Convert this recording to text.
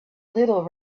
little